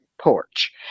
porch